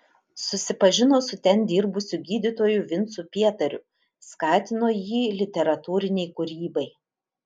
susipažino su ten dirbusiu gydytoju vincu pietariu skatino jį literatūrinei kūrybai